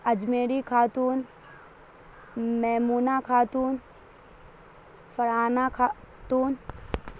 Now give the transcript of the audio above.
Ajmeri Khatoon Maimuna Khatoon Farhana Khatoon